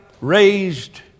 Raised